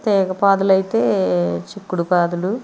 ఇక పాదులైతే చిక్కుడు పాదులు